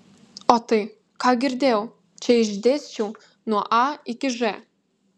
o tai ką girdėjau čia išdėsčiau nuo a iki ž